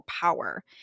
power